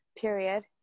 period